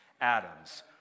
Adams